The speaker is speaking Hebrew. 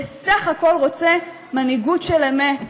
בסך הכול רוצה מנהיגות של אמת,